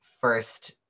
first